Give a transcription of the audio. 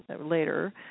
later